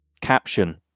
caption